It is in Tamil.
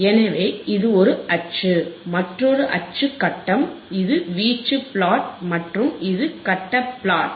எனவேஇது ஒரு அச்சு மற்றொரு அச்சு கட்டம் இது வீச்சு பிளாட் மற்றும் இது கட்ட பிளாட்